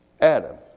Adam